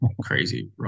crazy